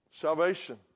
Salvation